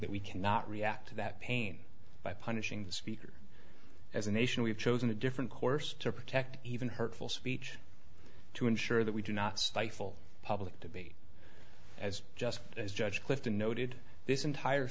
that we cannot react to that pain by punishing the speaker as a nation we have chosen a different course to protect even hurtful speech to ensure that we do not stifle public debate as just as judge clifton noted this entire